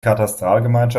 katastralgemeinde